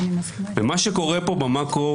ומה שקורה פה במקרו,